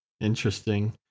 Interesting